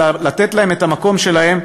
אלא לתת להם את המקום שלהם,